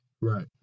Right